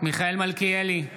מיכאל מלכיאלי,